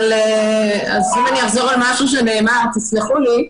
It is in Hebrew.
אז אם אחזור על משהו שנאמר תסלחו לי.